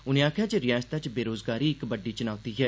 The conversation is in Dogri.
उनें आखेआ जे रिआसता च बेरोज़गारी इक बड़डी चुनौती ऐ